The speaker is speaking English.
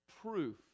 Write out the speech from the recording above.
proof